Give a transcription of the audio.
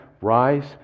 Rise